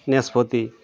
নাশপাতি